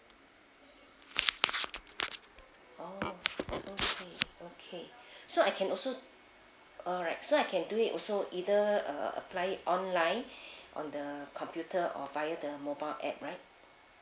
oh okay okay so I can also alright so I can do it also either uh apply it online on the computer or via the mobile app right